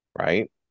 right